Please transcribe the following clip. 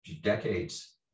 decades